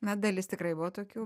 na dalis tikrai buvo tokių